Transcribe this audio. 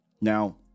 now